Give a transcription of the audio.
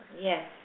Yes